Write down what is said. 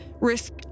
risk